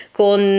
con